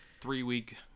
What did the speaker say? three-week